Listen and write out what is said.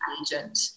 agent